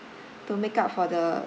to make up for the